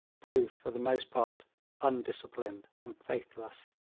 proved for the most part undisciplined and faithless.